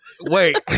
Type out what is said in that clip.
Wait